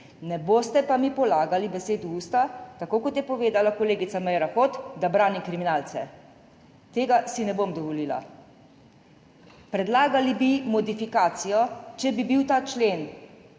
Ne boste pa mi polagali besed v usta, tako kot je povedala kolegica Meira Hot, da branim kriminalce. Tega si ne bom dovolila. Predlagali bi modifikacijo, če bi bil ta člen